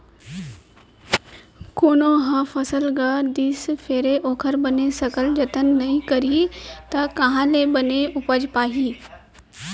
कोनो ह फसल गा दिस फेर ओखर बने सकला जतन नइ करही त काँहा ले बने उपज पाही